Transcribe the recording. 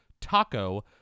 taco